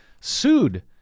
sued